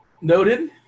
noted